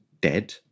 dead